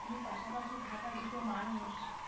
আপনি পাশাপাশি থাকা দুটো মানুষ